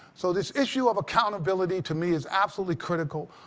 so this issue of accountability to me is absolutely critical.